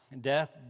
Death